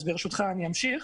אז ברשותך, אני אמשיך.